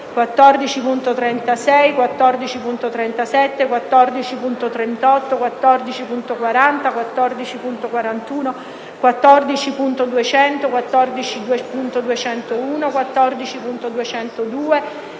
14.36, 14.37, 14.38, 14.40, 14.41, 14.200, 14.201, 14.202,